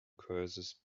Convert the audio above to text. cures